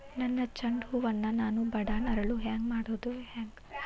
ನನ್ನ ಚಂಡ ಹೂ ಅನ್ನ ನಾನು ಬಡಾನ್ ಅರಳು ಹಾಂಗ ಮಾಡೋದು ಹ್ಯಾಂಗ್?